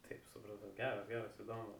taip supratau geras geras įdomu